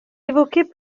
évoquez